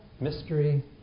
mystery